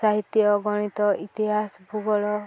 ସାହିତ୍ୟ ଗଣିତ ଇତିହାସ ଭୂଗୋଳ